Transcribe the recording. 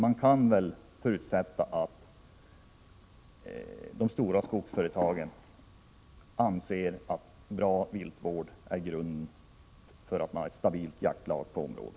Man kan förutsätta att de stora skogsföretagen anser att bra viltvård är grunden för att ha ett stabilt jaktlag i ett område.